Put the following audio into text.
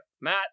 Matt